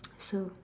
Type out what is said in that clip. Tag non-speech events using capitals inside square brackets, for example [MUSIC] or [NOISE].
[NOISE] so